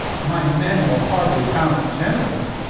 my men will hardly account it generous.